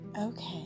Okay